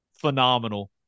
phenomenal